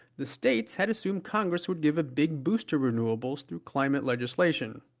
the states had assumed congress would give a big boost to renewables through climate legislation,